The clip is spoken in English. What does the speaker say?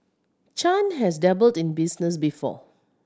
Chan has dabbled in business before